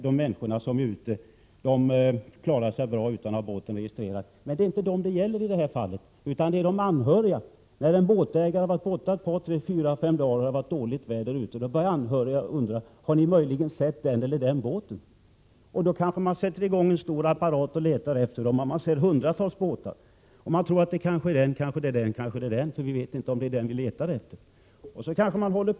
De människor som är ute i sina båtar klarar sig bra utan att deras båt är registrerad. Men det är inte dessa som det gäller i det här fallet, utan det gäller de anhöriga. När en båtägare har varit borta ett par dagar, eller kanske tre fyra fem dagar, och det har varit dåligt väder, börjar anhöriga undra om någon möjligen har sett den eller den båten. Då kanske man drar i gång en stor apparat för att leta efter den försvunna båten. Men man ser hundratals båtar och vet inte vilken båt man skall leta efter. Kanske måste man leta länge.